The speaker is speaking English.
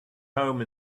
home